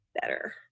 better